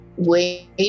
wait